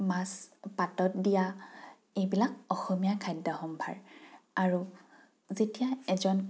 মাছ পাতত দিয়া এইবিলাক অসমীয়া খাদ্য সম্ভাৰ আৰু যেতিয়া এজন